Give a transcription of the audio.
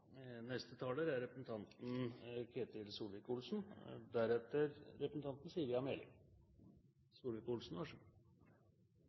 Neste taler er representanten